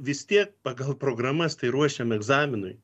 vai vis tiek pagal programas tai ruošiam egzaminui